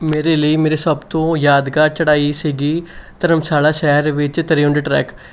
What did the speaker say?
ਮੇਰੇ ਲਈ ਮੇਰੀ ਸਭ ਤੋਂ ਯਾਦਗਾਰ ਚੜ੍ਹਾਈ ਸੀ ਧਰਮਸ਼ਾਲਾ ਸ਼ਹਿਰ ਵਿੱਚ ਤਰਿਊਂਡ ਟਰੇਕ